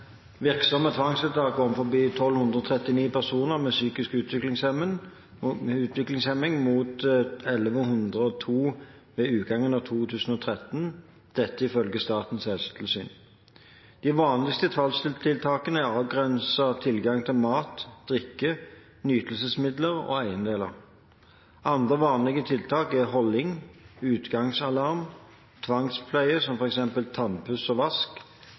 virksomme tvangstiltak overfor 1 239 personer med psykisk utviklingshemning, mot 1 102 ved utgangen av 2013 – dette ifølge Statens helsetilsyn. De vanligste tvangstiltakene er å avgrense tilgang til mat, drikke, nytelsesmidler og eiendeler. Andre vanlige tiltak er holding, utgangsalarm, tvangspleie som for eksempel tannpuss og vask,